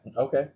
Okay